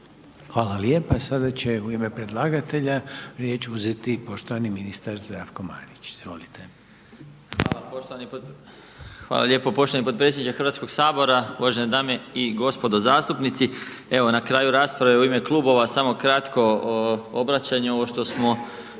Hvala lijepa. Sada će u ime predlagatelja riječ uzeti poštovani ministar Zdravko Marić, izvolite. **Marić, Zdravko** Hvala lijepo poštovani potpredsjedniče HS-a, uvažene dame i gospodo zastupnici. Evo, na kraju rasprave u ime klubova, samo kratko obraćanje. Ovo što smo